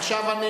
עכשיו,